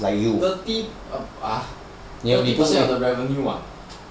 thirty of what revenue ah